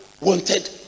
wanted